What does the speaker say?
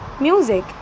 music